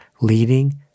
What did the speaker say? leading